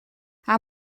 haar